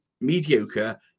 mediocre